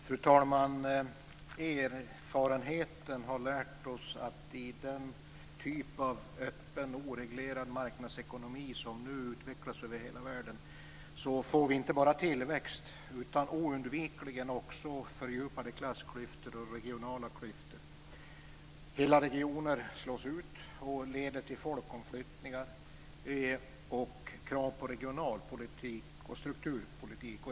Fru talman! Erfarenheten har lärt oss att i den typ av öppen, oreglerad marknadsekonomi som nu utvecklas över hela världen får vi inte bara tillväxt utan oundvikligen också fördjupade klassklyftor och regionala klyftor. Hela regioner slås ut, vilket leder till folkomflyttningar och krav på regionalpolitik och strukturpolitik.